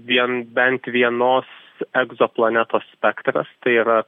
vien bent vienos egzoplanetos spektras tai yra